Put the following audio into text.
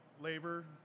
labor